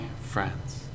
friends